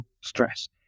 stress